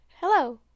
hello